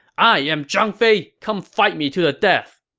i am zhang fei! come fight me to the death!